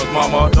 mama